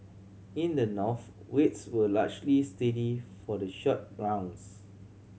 in the North rates were largely steady for the short rounds